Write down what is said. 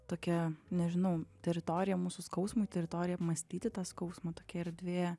tokia nežinau teritorija mūsų skausmui teritorija apmąstyti tą skausmą tokia erdvė